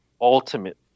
ultimate